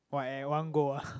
wow at one go ah